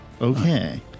Okay